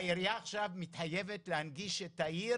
העירייה עכשיו מתחייבת להנגיש את העיר